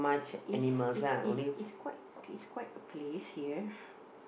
is is is is quite is quite a place here